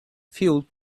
fueled